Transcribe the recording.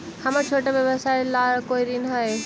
हमर छोटा व्यवसाय ला कोई ऋण हई?